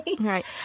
right